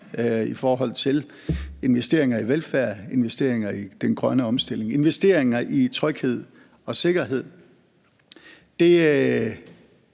i forhold til investeringer i velfærden, investeringer i den grønne omstilling og investeringer i tryghed og sikkerhed.